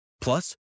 Plus